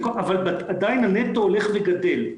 אבל עדיין הנטו הולך וגדל.